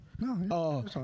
No